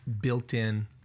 built-in